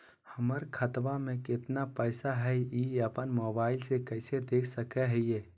हमर खाता में केतना पैसा हई, ई अपन मोबाईल में कैसे देख सके हियई?